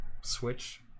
switch